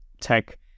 tech